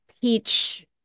peach